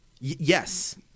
Yes